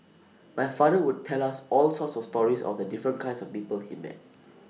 my father would tell us all sorts of stories of the different kinds of people he met